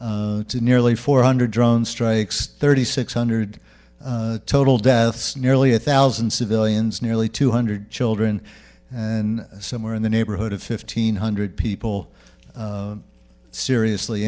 to nearly four hundred drone strikes thirty six hundred total deaths nearly a thousand civilians nearly two hundred children and somewhere in the neighborhood of fifteen hundred people seriously